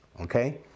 Okay